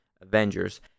Avengers